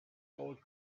gold